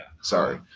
Sorry